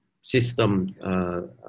system